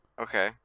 Okay